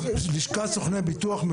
לשכת סוכני הביטוח,